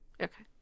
Okay